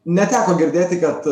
neteko girdėti kad